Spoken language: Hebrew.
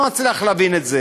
אני לא מצליח להבין את זה.